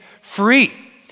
free